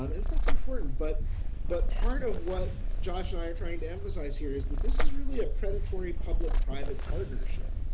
um that's important, but but part of what josh and i are trying to emphasize here is that this is really a predatory public private partnership,